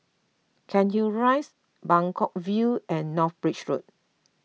Cairnhill Rise Buangkok View and North Bridge Road